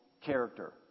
character